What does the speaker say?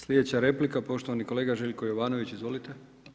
Sljedeća replika poštovani kolega Željko Jovanović, izvolite.